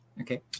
okay